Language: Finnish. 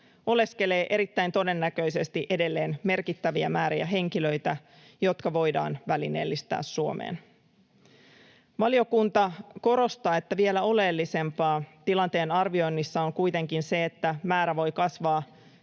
oleskelee erittäin todennäköisesti edelleen merkittäviä määriä henkilöitä, jotka voidaan välineellistää Suomeen. Valiokunta korostaa, että vielä oleellisempaa tilanteen arvioinnissa on kuitenkin se, että määrä voi kasvaa